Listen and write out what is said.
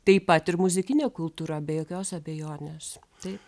taip pat ir muzikinė kultūra be jokios abejonės taip